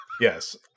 Yes